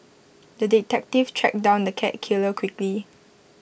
the detective tracked down the cat killer quickly